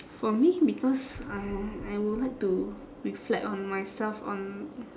for me because I will I will like to reflect on myself on